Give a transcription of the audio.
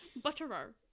Butterer